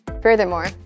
Furthermore